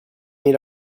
meet